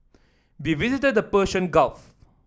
we visited the Persian Gulf